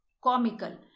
Comical